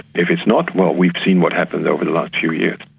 if it's not, well we've seen what happens over the last few years.